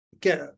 get